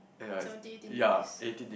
seventeen eighteen degrees